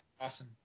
awesome